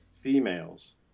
Females